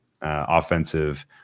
offensive